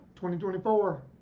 2024